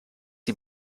die